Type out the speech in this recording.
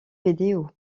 vidéo